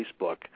Facebook